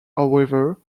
however